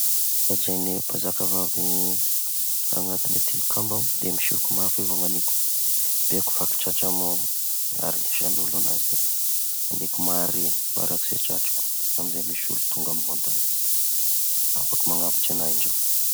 Nogadraigny mpanzaka vavy anatign'ny tilikambo aho, de misiko mafy avao ny nagniko, de aleko vaky tratra amy ao harenesan'olo anazy da nagniko mahare faraky zay tratrako amy izay misy olo tonga amignao da afaky manavotra anahy indreo.